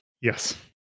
yes